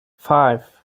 five